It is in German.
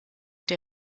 der